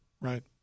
Right